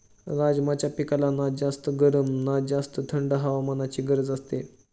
राजमाच्या पिकाला ना जास्त गरम ना जास्त थंड हवामानाची गरज असते